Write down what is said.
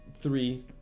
three